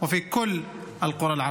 וגם למשפחות,